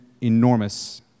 enormous